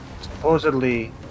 Supposedly